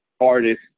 artist